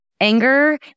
anger